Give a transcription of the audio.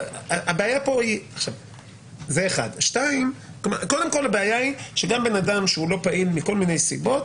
הבעיה היא שגם בן אדם שהוא לא פעיל מכל מיני סיבות,